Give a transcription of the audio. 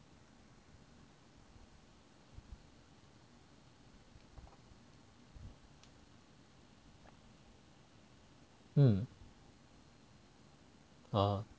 嗯嗯